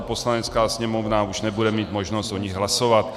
Poslanecká sněmovna už nebude mít možnost o nich hlasovat.